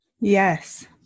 Yes